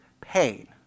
pain